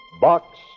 Box